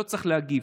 לא צריך להגיב.